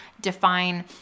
define